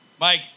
Mike